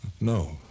No